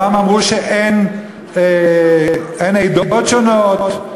פעם אמרו שאין עדות שונות,